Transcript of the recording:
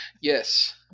Yes